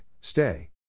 stay